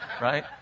right